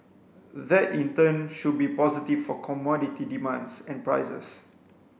that in turn should be positive for commodity demands and prices